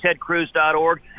tedcruz.org